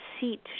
seat